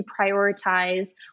prioritize